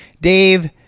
Dave